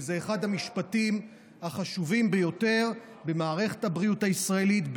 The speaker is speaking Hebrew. וזה אחד המשפטים החשובים ביותר במערכת הבריאות הישראלית,